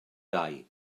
dau